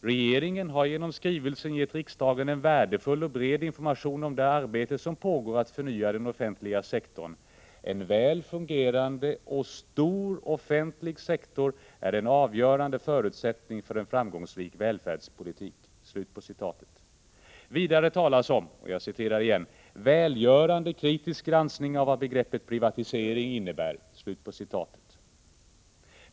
”Regeringen har genom skrivelsen gett riksdagen en värdefull och bred information om det arbete som pågår med att förnya den offentliga sektorn. En väl fungerande och stor offentlig sektor är, enligt utskottet, en avgörande förutsättning för en framgångsrik välfärdspolitik.” Vidare talas om ”en välgörande kritisk granskning av vad begreppet privatisering innebär”.